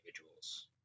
individuals